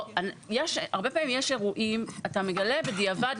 אתה מגלה בדיעבד,